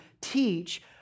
teach